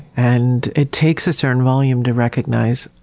and it takes a certain volume to recognize,